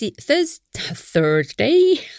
Thursday